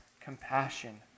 compassion